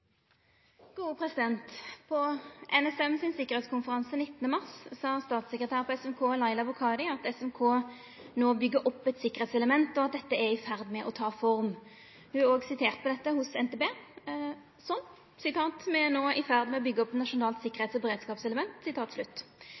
NSM sin sikkerheitskonferanse 19. mars sa statssekretær på SMK Laila Bokhari at SMK no byggjer opp eit sikkerheitselement, og at dette er i ferd med å ta form. Ho er òg sitert på dette hjå NTB, slik: «Vi er nå i ferd med å bygge opp et nasjonalt sikkerhets- og beredskapselement».